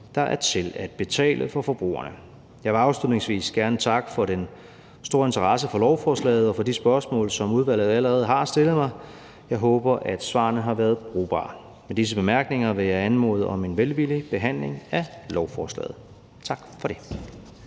der er til at betale for forbrugerne. Jeg vil afslutningsvis gerne takke for den store interesse for lovforslaget og for de spørgsmål, som udvalget allerede har stillet mig. Jeg håber, at svarene har været brugbare. Med disse bemærkninger vil jeg anmode om en velvillig behandling af lovforslaget. Tak for det.